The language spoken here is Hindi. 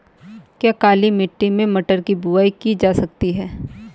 क्या काली मिट्टी में मटर की बुआई की जा सकती है?